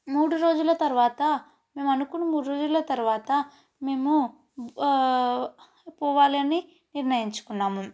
మూడు రోజులు తర్వాత మేము అనుకున్న మూడు రోజుల తర్వాత మేము పోవాలని నిర్ణయించుకున్నాము